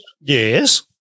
Yes